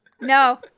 No